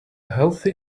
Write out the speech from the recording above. healthy